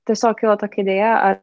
tiesiog kilo tokia idėja ar